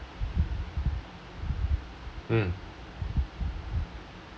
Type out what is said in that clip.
um